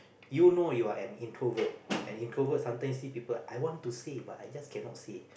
you know you are an introvert and introvert sometimes see people I want to say but I just cannot say